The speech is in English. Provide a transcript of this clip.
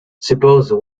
suppose